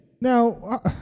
now